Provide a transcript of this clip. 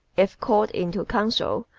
if called into counsel,